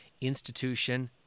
institution